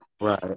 Right